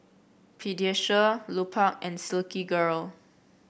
Pediasure Lupark and Silkygirl